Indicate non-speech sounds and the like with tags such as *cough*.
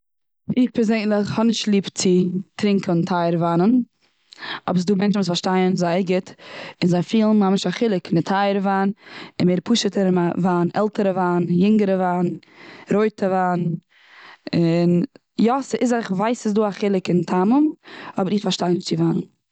איך פערזענליך האב נישט ליב צו טרינקען טייערע וויינען. אבער ס'איז דא מענטשן וואס פארשטייען זייער גוט, און זיי פילן ממש א חילוק און די טייערע וויין און מער די פשוטע *unintelligible* וויין, עלטערע וויין יונגערע וויין, רויטע וויין, און יא, ס'איז א כ'ווייס ס'איז דא א חילוק און טעמים אבער איך פארשטיי נישט צו וויין.